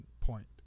point